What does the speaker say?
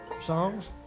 songs